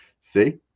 See